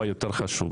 שזה מאוד מאוד חשוב.